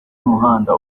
y’umuhanda